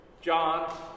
john